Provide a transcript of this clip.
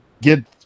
get